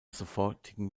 sofortigen